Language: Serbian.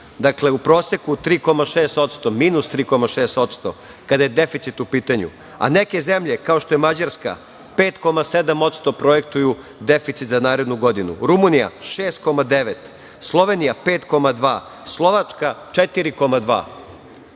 Dakle, u proseku 3,6%, minus 3,6% kada je deficit u pitanju, a neke zemlje, kao što je Mađarska, 5,7% projektuju deficit za narednu godinu, Rumunija 6,9%, Slovenija 5,2%, Slovačka 4,2%.Zašto